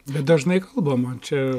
bet dažnai kalbama čia